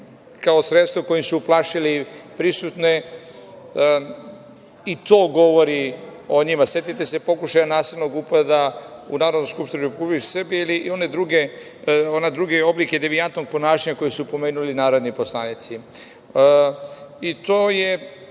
kao sredstvo kojim su plašili prisutne. To govori o njima. Setite se pokušaja nasilnog upada u Narodnu skupštinu Republike Srbije ili one druge oblike devijantnog ponašanja koje su pomenuli narodni poslanici. To je